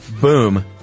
Boom